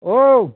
ଓ